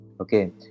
okay